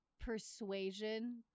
persuasion